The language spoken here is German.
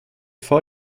vor